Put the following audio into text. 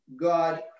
God